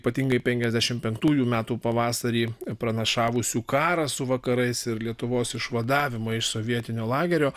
ypatingai penkiasdešimt penktųjų metų pavasarį pranašavusių karą su vakarais ir lietuvos išvadavimą iš sovietinio lagerio